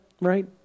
right